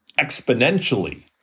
exponentially